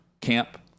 camp